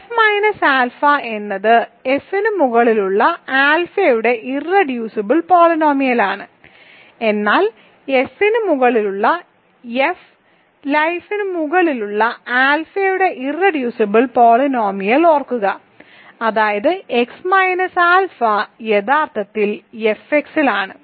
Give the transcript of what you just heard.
F minus alpha എന്നത് F നു മുകളിലുള്ള ആൽഫയുടെ ഇർറെഡ്യൂസിബിൾ പോളിനോമിയലാണ് എന്നാൽ F ന് മുകളിലുള്ള F ലൈഫിന് മുകളിലുള്ള ആൽഫയുടെ ഇർറെഡ്യൂസിബിൾ പോളിനോമിയൽ ഓർക്കുക അതായത് എക്സ് മൈനസ് ആൽഫ യഥാർത്ഥത്തിൽ F എക്സിലാണ്